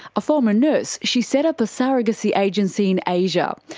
a former nurse, she set up a surrogacy agency in asia,